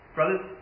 Brothers